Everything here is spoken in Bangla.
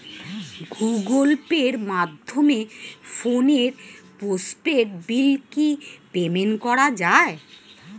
গুগোল পের মাধ্যমে ফোনের পোষ্টপেইড বিল কি পেমেন্ট করা যায়?